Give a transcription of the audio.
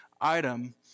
item